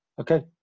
okay